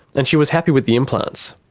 and she was happy with the implants.